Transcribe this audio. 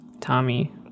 Tommy